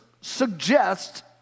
suggest